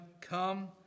Come